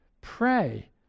pray